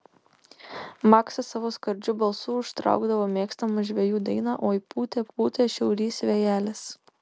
maksas savo skardžiu balsu užtraukdavo mėgstamą žvejų dainą oi pūtė pūtė šiaurys vėjelis